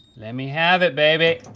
let me have it, baby.